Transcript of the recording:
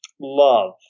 love